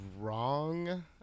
wrong